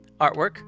artwork